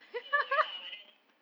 so ya but then